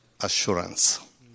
assurance